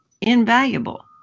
invaluable